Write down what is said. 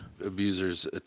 abusers